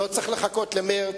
חבר הכנסת יעקב כץ,